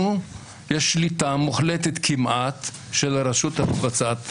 יש שליטה מוחלטת כמעט של הרשות המבצעת בכנסת,